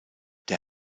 der